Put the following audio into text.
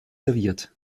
serviert